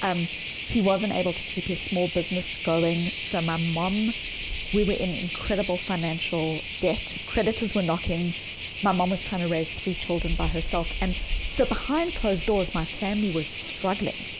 um he wasn't able to keep his small business going so my mom we were in incredible financial debt, creditors were knocking my mom was trying to raise three children by herself. and so behind closed doors, my family was struggling.